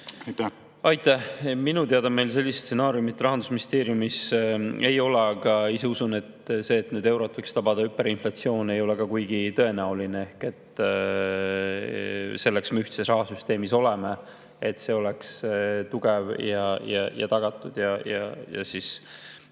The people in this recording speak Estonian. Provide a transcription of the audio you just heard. Aitäh! Minu teada meil sellist stsenaariumi Rahandusministeeriumis ei ole, aga ise usun, et see, et eurot võiks tabada hüperinflatsioon, ei ole ka kuigi tõenäoline. Selleks me ühtses rahasüsteemis olemegi, et see [raha] oleks tugev, tagatud ja laiemate